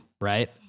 right